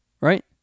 Right